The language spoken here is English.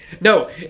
No